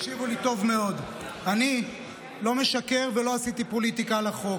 תקשיבו לי טוב מאוד: אני לא משקר ולא עשיתי פוליטיקה על החוק.